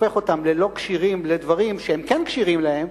הופך אותם ללא כשירים לדברים שהם כן כשירים להם,